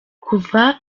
kuva